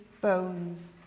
bones